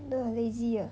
no I lazy ah